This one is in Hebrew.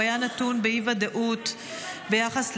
הוא היה נתון באי-ודאות ביחס לעתידו,